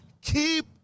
keep